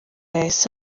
yahise